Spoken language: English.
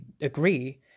agree